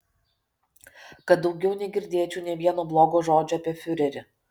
kad daugiau negirdėčiau nė vieno blogo žodžio apie fiurerį